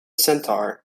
centaur